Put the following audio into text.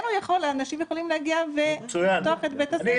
אנשים יכולים להגיע ולפתוח את בית הספר.